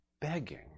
begging